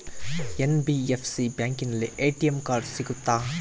NBFC ಬ್ಯಾಂಕಿನಲ್ಲಿ ATM card ಸಿಗುತ್ತಾ?